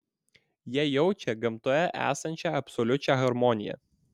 jie jaučia gamtoje esančią absoliučią harmoniją